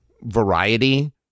variety